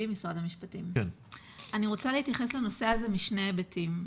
אני רוצה להתייחס לנושא הזה משני היבטים.